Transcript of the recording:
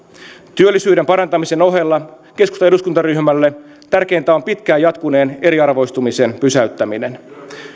työllisyyden parantamisen ohella keskustan eduskuntaryhmälle tärkeintä on pitkään jatkuneen eriarvoistumisen pysäyttäminen